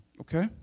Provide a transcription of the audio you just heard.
Okay